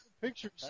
pictures